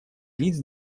лиц